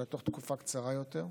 אלא בתקופה קצרה יותר.